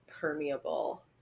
permeable